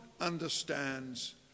understands